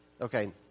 Okay